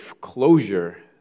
closure